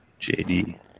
JD